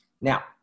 Now